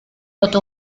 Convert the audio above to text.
otto